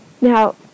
Now